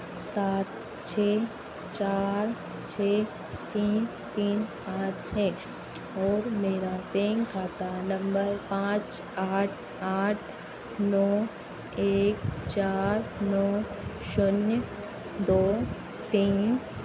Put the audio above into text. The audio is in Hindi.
सात छः चार छः तीन तीन पाँच है और मेरा बैंक खाता नंबर पाँच आठ आठ नौ एक चार नौ शून्य दो तीन